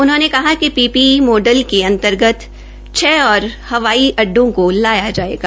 उन्होंने कहा कि पीपीपी मॉडल के अंतर्गत छह और हवाई अड्डों को लाया जायेगा